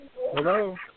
Hello